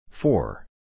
Four